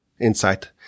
insight